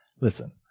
listen